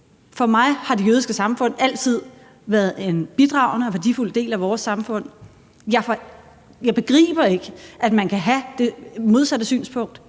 For mig har det jødiske samfund altid været en bidragende og værdifuld del af vores samfund. Jeg begriber ikke, at man kan have det modsatte synspunkt,